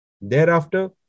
Thereafter